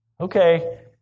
Okay